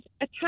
attack